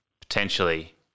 potentially